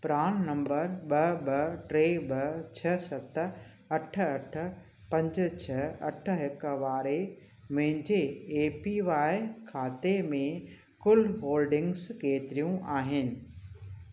PRAN number ॿ ॿ टे ॿ छह सत अठ अठ पंज छह अठ हिकु वारे मुंहिंजे ए पी वाए खाते में कुल होल्डिंग्स केतिरियूं आहिनि